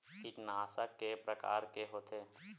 कीटनाशक के प्रकार के होथे?